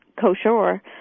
kosher